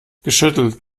geschüttelt